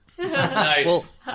Nice